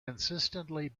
consistently